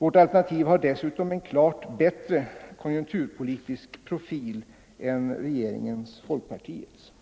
Vårt alternativ har dessutom en klart bättre konjunkturpolitisk profil än regeringens och folkpartiets.